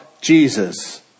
Jesus